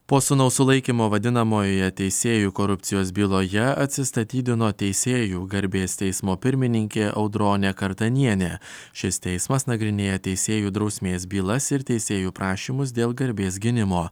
po sūnaus sulaikymo vadinamojoje teisėjų korupcijos byloje atsistatydino teisėjų garbės teismo pirmininkė audronė kartanienė šis teismas nagrinėja teisėjų drausmės bylas ir teisėjų prašymus dėl garbės gynimo